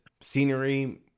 scenery